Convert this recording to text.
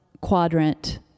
quadrant